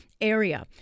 area